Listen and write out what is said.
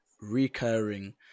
recurring